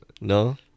No